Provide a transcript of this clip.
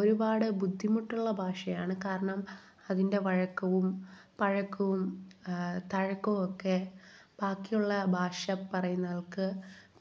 ഒരുപാട് ബുദ്ധിമുട്ടുള്ള ഭാഷയാണ് കാരണം അതിന്റെ വഴക്കവും പഴക്കവും തഴക്കവും ഒക്കെ ബാക്കിയുള്ള ഭാഷ പറയുന്നവർക്ക്